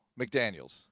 McDaniels